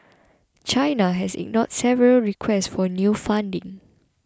China has ignored several requests for new funding